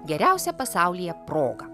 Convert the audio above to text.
geriausia pasaulyje proga